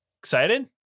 Excited